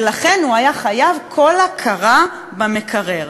ולכן הוא היה חייב קולה קרה במקרר.